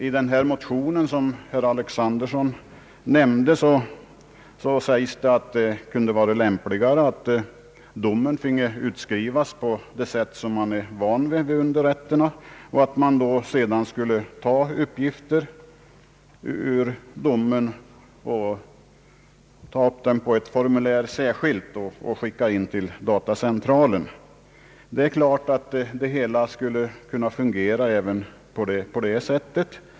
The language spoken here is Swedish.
I den motion, som herr Alexanderson nämnde, sägs det att det kunde vara lämpligare att domen finge utskrivas på det sätt som man vid underrätterna är van vid. Uppgifterna i domen skulle därefter tas in på ett särskilt formulär som skulle skickas in till datacentralen. Det är klart att det hela skulle kunna fungera även på det sättet.